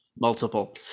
multiple